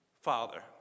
father